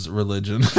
religion